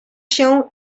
się